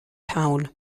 town